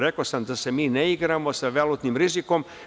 Rekao sam da se mi ne igramo sa valutnim rizikom.